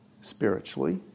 spiritually